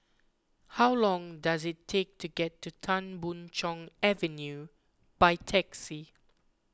how long does it take to get to Tan Boon Chong Avenue by taxi